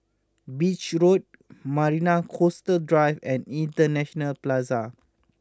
Beach Road Marina Coastal Drive and International Plaza